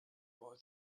boy